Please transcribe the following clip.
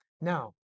Now